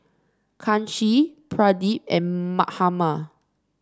Kanshi Pradip and Mahatma